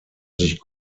sich